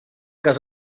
cas